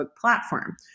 platform